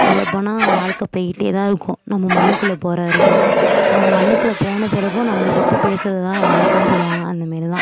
சொல்லப்போனால் வாழ்க்க போயிக்கிட்டே தான் இருக்கும் நம்ம மண்ணுக்குள்ளே போகற வரைக்கும் நம்ம மண்ணுக்குள்ளே போன பிறகும் நம்மளை பற்றி பேசுறது தான் வாழ்க்கைன்னு சொல்லுவாங்க அந்த மேரி தான்